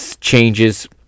changes